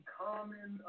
common